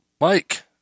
Mike